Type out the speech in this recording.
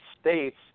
states